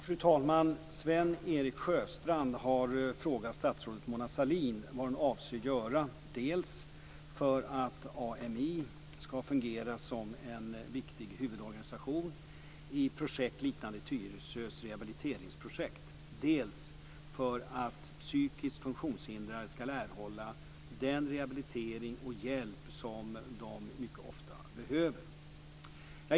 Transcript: Fru talman! Sven-Erik Sjöstrand har frågat statsrådet Mona Sahlin vad hon avser göra dels för att AMI ska fungera som en viktig huvudorganisation i projekt liknande Tyresö rehabiliteringsprojekt, dels för att psykiskt funktionshindrade ska erhålla den rehabilitering och hjälp som de mycket ofta behöver.